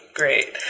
great